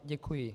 Děkuji.